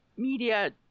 media